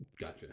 Gotcha